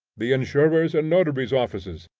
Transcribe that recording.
the insurers' and notaries' offices,